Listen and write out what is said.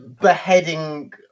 beheading